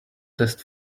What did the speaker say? test